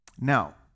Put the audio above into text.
Now